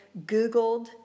googled